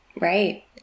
Right